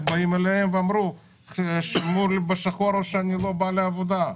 באים אליהם ואומרים שלמו לי בשחור או שאני לא בא לעבודה.